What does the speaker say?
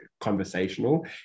conversational